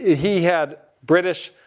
he had british,